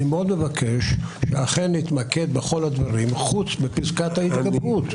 אני מאוד מבקש שאכן נתמקד בכל הדברים חוץ מפסקת ההתגברות.